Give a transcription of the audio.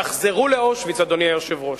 תחזרו לאושוויץ, אדוני היושב-ראש.